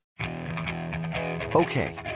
Okay